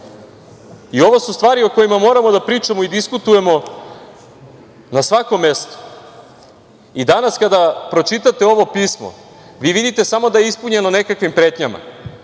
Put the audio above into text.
su stvari o kojima moramo da pričamo i diskutujemo na svakom mestu. Danas kada pročitate ovo pismo, vi vidite samo da je ispunjeno nekakvim pretnjama,